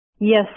Yes